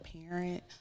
parent